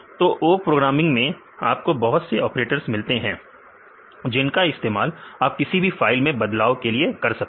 तो awk programming में आपको बहुत से ऑपरेटर्स मिलते हैं जिनका इस्तेमाल आप किसी भी फाइल में बदलाव के लिए कर सकते हैं